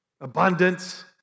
abundance